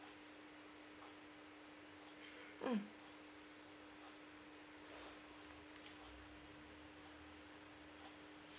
mm